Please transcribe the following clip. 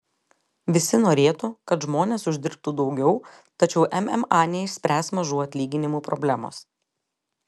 visi norėtų kad žmonės uždirbtų daugiau tačiau mma neišspręs mažų atlyginimų problemos